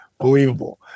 believable